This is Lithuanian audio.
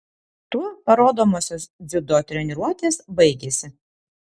tuo parodomosios dziudo treniruotės baigėsi